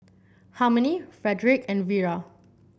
Harmony Frederick and Vira